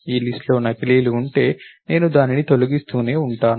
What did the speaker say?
ఈ లిస్ట్ లో నకిలీలు ఉంటే నేను దానిని తొలగిస్తూనే ఉంటాను